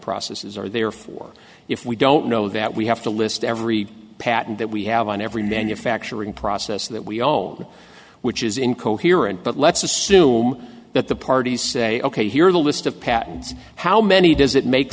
processes are therefore if we don't know that we have to list every patent that we have on every manufacturing process that we own which is incoherent but let's assume that the parties say ok here's a list of patents how many does it make